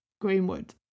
Greenwood